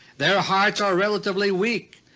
their hearts are relatively weak,